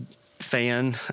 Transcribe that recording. fan